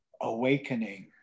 awakening